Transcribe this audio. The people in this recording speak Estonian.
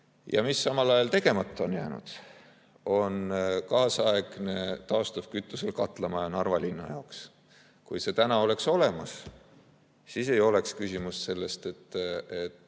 Mis samal ajal tegemata on jäänud, on kaasaegne taastuvkütuse jõul töötav katlamaja Narva linna jaoks. Kui see täna oleks olemas, siis ei oleks küsimus selles, et